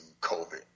COVID